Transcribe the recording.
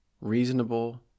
reasonable